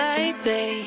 Baby